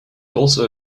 also